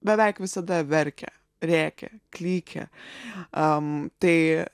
beveik visada verkė rėkė klykė am tai